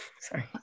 Sorry